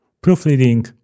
Proofreading